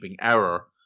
error